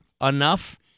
enough